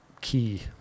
key